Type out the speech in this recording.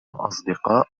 أصدقاء